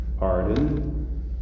Arden